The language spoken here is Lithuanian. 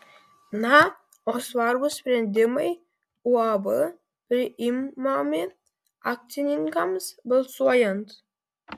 na o svarbūs sprendimai uab priimami akcininkams balsuojant